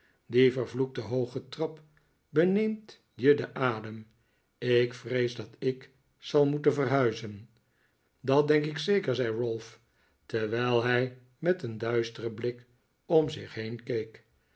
die vervloekte hooge trap beneemt je den adem ik vrees dat ik zal moeten verhuizen dat denk ik zeker zei ralph terwijl hij met een duisteren blik om zich heen keek